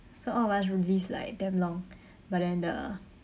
so all of us list like damn long but then uh